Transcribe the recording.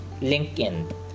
LinkedIn